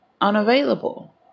unavailable